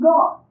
God